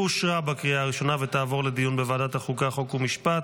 נתקבלה ותעבור לוועדת החוקה, חוק ומשפט.